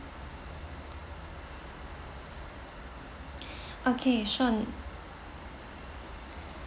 okay sure